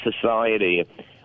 society